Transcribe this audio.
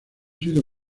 sido